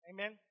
Amen